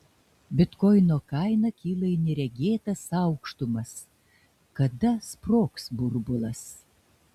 bitkoino kaina kyla į neregėtas aukštumas kada sprogs burbulas